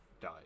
died